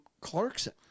Clarkson